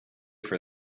for